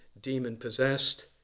demon-possessed